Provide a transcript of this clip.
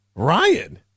Ryan